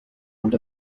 und